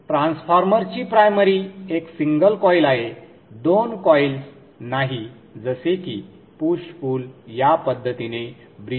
ट्रान्सफॉर्मरची प्रायमरी एक single coil आहे दोन कॉइल्स नाही जसे की पुश पुल या पद्धतीने ब्रिजवर जोडली जाते